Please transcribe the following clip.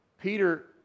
Peter